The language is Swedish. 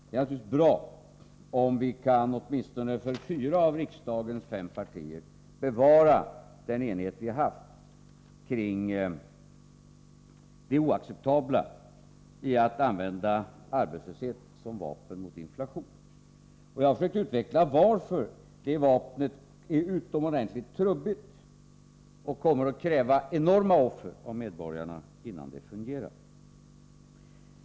Det vore naturligtvis bra om vi för åtminstone fyra av riksdagens fem partier kunde bevara den enighet vi har haft om det oacceptabla i att använda arbetslöshet som vapen mot inflation. Jag har försökt utveckla varför det vapnet är utomordentligt trubbigt och kommer att kräva enorma offer av medborgarna, innan det fungerar.